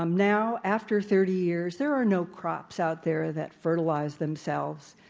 um now, after thirty years, there are no crops out there that fertilize themselves.